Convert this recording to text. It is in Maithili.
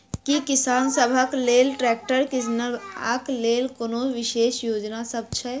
की किसान सबहक लेल ट्रैक्टर किनबाक लेल कोनो विशेष योजना सब छै?